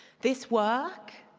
this work,